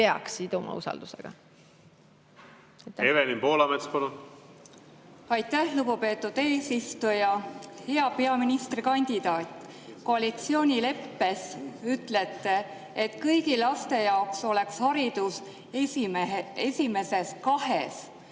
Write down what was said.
Evelin Poolamets, palun!